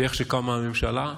איך שקמה הממשלה,